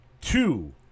two